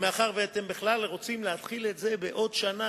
ומאחר שאתם רוצים להתחיל את זה בעוד שנה